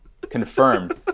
Confirmed